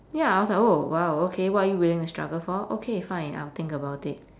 ya I was oh !wow! okay what are you willing to struggle for okay fine I will think about it